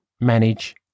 manage